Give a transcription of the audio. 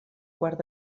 quart